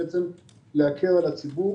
בעצם להקל על הציבור,